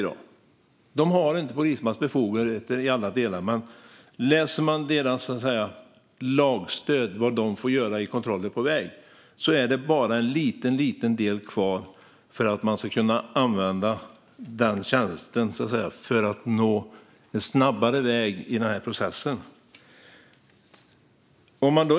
Det har inte polismans befogenheter i alla delar, men tittar man på vad de enligt lag får göra vid kontroller på väg ser man att det bara saknas lite för att de ska kunna användas för att snabba på denna process.